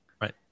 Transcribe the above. Right